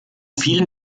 vielen